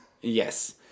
Yes